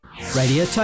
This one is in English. Radio